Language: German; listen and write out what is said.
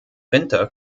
winter